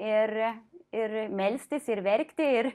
ir ir melstis ir verkti ir